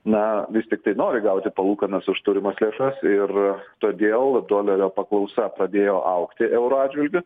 na vis tiktai nori gauti palūkanas už turimas lėšas ir todėl dolerio paklausa pradėjo augti euro atžvilgiu